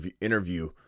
interview